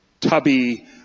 Tubby